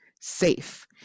safe